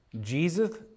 Jesus